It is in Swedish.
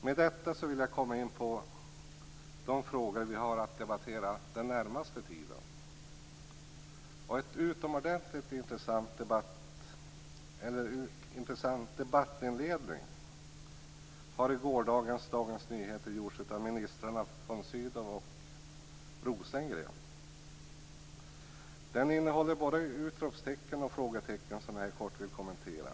Med detta vill jag komma in på de frågor vi har att debattera den närmaste tiden. En utomordentligt intressant debattinledning gjordes i gårdagens DN av ministrarna von Sydow och Rosengren. Artikeln innehåller både utropstecken och frågetecken, som jag här kort vill kommentera.